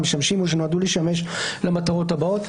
המשמשים או שנועדו לשמש למטרות הבאות: